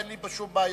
אין לי פה שום בעיה.